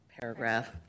paragraph